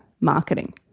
marketing